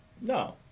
No